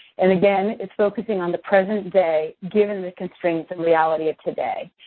and again, it's focusing on the present day, given the constraints and reality of today.